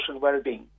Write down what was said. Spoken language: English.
well-being